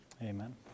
amen